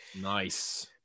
Nice